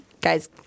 Guys